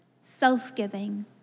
Self-giving